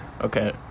okay